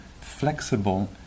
flexible